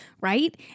right